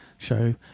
Show